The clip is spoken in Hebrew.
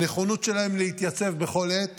הנכונות שלהם להתייצב בכל עת